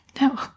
no